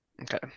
Okay